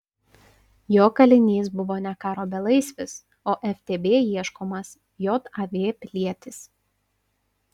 jo kalinys buvo ne karo belaisvis o ftb ieškomas jav pilietis